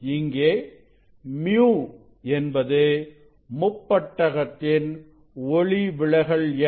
இங்கே µ என்பது முப்பட்டகத்தின் ஒளி விலகல் எண்